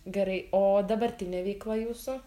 gerai o dabartinė veikla jūsų